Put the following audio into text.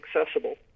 accessible